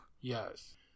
yes